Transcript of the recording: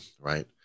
right